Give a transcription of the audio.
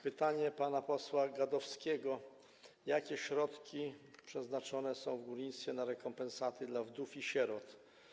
Pytanie pana posła Gadowskiego: Jakie środki są przeznaczone w górnictwie na rekompensaty dla wdów i sierot?